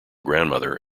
grandmother